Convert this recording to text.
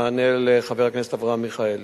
מענה לחבר הכנסת אברהם מיכאלי.